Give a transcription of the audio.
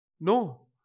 No